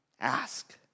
Ask